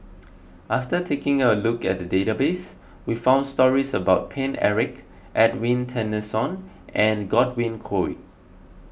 after taking a look at the database we found stories about Paine Eric Edwin Tessensohn and Godwin Koay